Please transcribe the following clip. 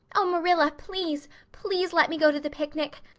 oh, marilla, please, please, let me go to the picnic.